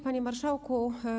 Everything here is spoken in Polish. Panie Marszałku!